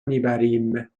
میبریم